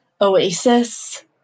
oasis